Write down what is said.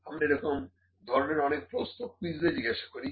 আমরা এরকম ধরনের অনেক প্রশ্ন কুইজে জিজ্ঞেস করব